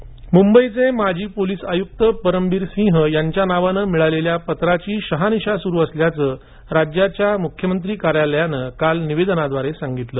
परमबीर पत्र मुंबईचे माजी पोलीस आयुक्त परमबीर सिंग यांच्या नावानं मिळालेल्या पत्राची शहानिशा सुरू असल्याचं राज्याच्या मुख्यमंत्री कार्यालयानं काल निवेदनाद्वारे सांगितलं